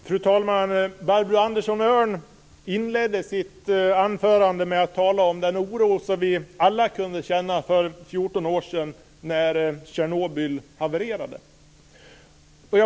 Fru talman! Barbro Andersson Öhrn inledde sitt anförande med att tala om den oro som vi alla kände för 14 år sedan när Tjernobyl havererade.